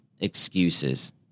excuses